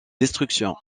destruction